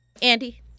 Andy